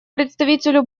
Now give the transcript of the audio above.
представителю